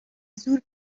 زور